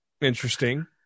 interesting